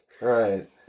Right